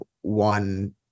one